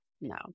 no